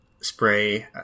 spray